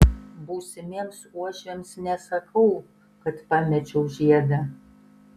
būsimiems uošviams nesakau kad pamečiau žiedą